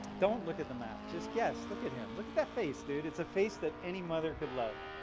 don't look at the map. just guess. look at him. look at that face dude it's a face that any mother could love.